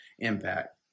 impact